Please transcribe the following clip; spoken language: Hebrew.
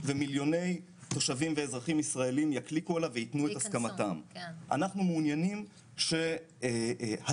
שלוש שנים, אנחנו ניתן למילואימניק נקודת